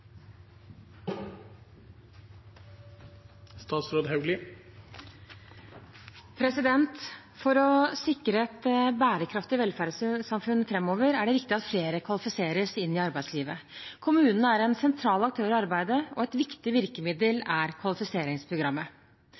det viktig at flere kvalifiseres inn i arbeidslivet. Kommunene er en sentral aktør i arbeidet, og et viktig virkemiddel er kvalifiseringsprogrammet.